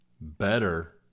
better